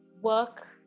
work